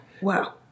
wow